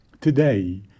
today